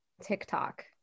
tiktok